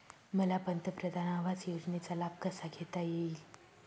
मला पंतप्रधान आवास योजनेचा लाभ कसा घेता येईल?